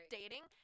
dating